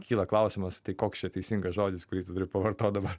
kyla klausimas koks čia teisingas žodis kurį tu turi pavartot dabar